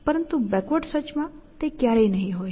પરંતુ backward search માં તે ક્યારેય નહીં હોય